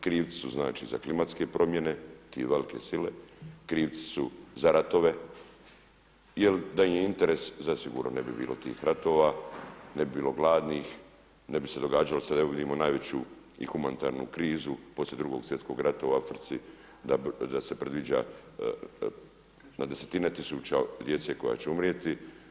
Krivci su za klimatske promjene tri velike sile, krivci su za ratove jel da im je interes zasigurno ne bi bilo tih ratova, ne bi bilo glasnih, ne bi se događalo sada evo vidimo i najveću humanitarnu krizu poslije Drugog svjetskog rata u Africi, da se predviđa na desetine tisuća djece koja će umrijeti.